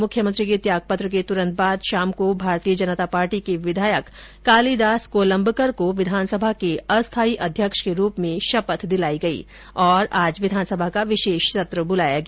मुख्यमंत्री के त्यागपत्र के तुरंत बाद शाम को भारतीय जनता पार्टी के विधायक कालिदास कोलंबकर को विधानसभा के अस्थायी अध्यक्ष के रूप में शपथ दिलाई गयी और आज विधानसभा का विशेष सत्र बुलाया गया